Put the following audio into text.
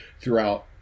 throughout